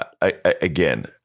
again